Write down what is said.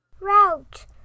route